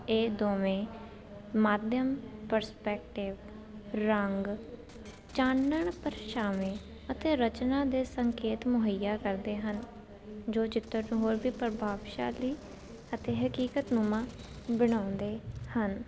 ਇਹ ਦੋਵੇਂ ਮਾਧਿਅਮ ਪਰਸਪੈਕਟਿਵ ਰੰਗ ਚਾਨਣ ਪਰਛਾਵੇਂ ਅਤੇ ਰਚਨਾ ਦੇ ਸੰਕੇਤ ਮੁਹੱਈਆ ਕਰਦੇ ਹਨ ਜੋ ਚਿੱਤਰ ਨੂੰ ਹੋਰ ਵੀ ਪ੍ਰਭਾਵਸ਼ਾਲੀ ਅਤੇ ਹਕੀਕਤਨੁਮਾ ਬਣਾਉਂਦੇ ਹਨ